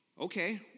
Okay